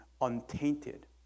untainted